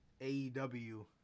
AEW